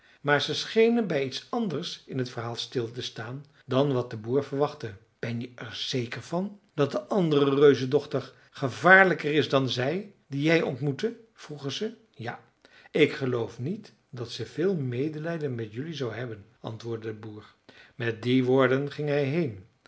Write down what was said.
maar ze schenen bij iets anders in het verhaal stil te staan dan wat de boer verwachtte ben je er zeker van dat de andere reuzendochter gevaarlijker is dan zij die jij ontmoette vroegen ze ja ik geloof niet dat ze veel medelijden met jelui zou hebben antwoordde de boer met die woorden ging hij heen